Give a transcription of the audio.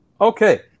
Okay